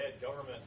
government